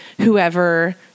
whoever